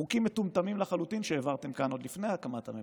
חוקים מטומטמים לחלוטין שהעברתם כאן עוד לפני הקמת הממשלה,